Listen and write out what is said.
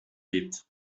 llit